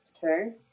two